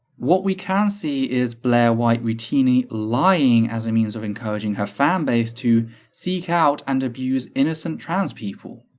what we can see is blaire white routinely lying as a means of encouraging her fanbase to seek out and abuse innocent trans people.